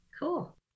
Cool